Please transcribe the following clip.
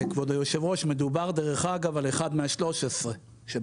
כבוד היושב ראש, מדובר על אחד מה-13 שבתמ"א.